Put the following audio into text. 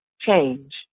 change